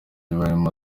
barimo